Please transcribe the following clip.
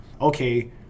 okay